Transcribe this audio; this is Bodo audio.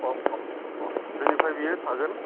अ अ अ जोंनिफ्राय बेयो थागोन